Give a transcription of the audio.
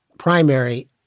Primary